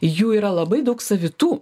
jų yra labai daug savitų